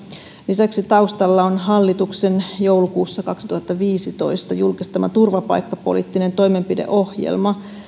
lisäksi taustalla on hallituksen joulukuussa kaksituhattaviisitoista julkistama turvapaikkapoliittinen toimenpideohjelma